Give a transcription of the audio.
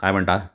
काय म्हणता